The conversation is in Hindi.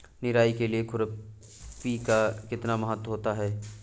निराई के लिए खुरपी का कितना महत्व होता है?